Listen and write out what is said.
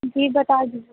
جی بتا دیجیے